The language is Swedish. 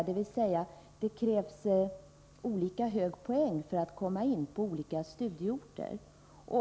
Det krävs alltså olika hög poäng för att komma in på olika studieorter.